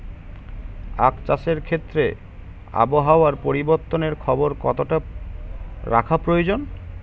আখ চাষের ক্ষেত্রে আবহাওয়ার পরিবর্তনের খবর কতটা রাখা প্রয়োজন?